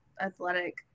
Athletic